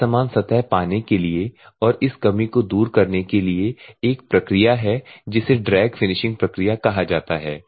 एक समान सतह पाने के लिए और इस कमी को दूर करने के लिए एक प्रक्रिया है जिसे ड्रैग फिनिशिंग प्रक्रिया कहा जाता है